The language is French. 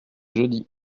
jeudi